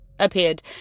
appeared